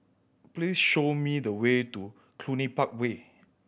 please show me the way to Cluny Park Way